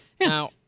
Now